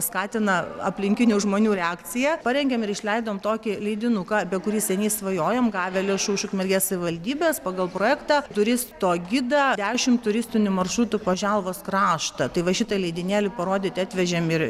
skatina aplinkinių žmonių reakciją parengėm ir išleidom tokį leidinuką apie kurį seniai svajojom gavę lėšų iš ukmergės savivaldybės pagal projektą turisto gidą dešimt turistinių maršrutų po želvos kraštą tai va šitą leidinėlį parodyti atvežėm ir